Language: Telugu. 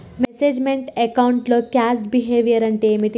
మేనేజ్ మెంట్ అకౌంట్ లో కాస్ట్ బిహేవియర్ అంటే ఏమిటి?